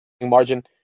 margin